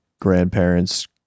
grandparents